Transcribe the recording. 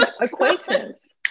acquaintance